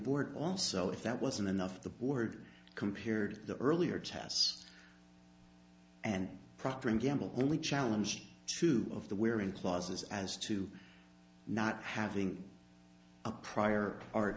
board also if that wasn't enough the board compared the earlier tests and proctor and gamble only challenge two of the wearing clauses as to not having a prior art